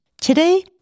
Today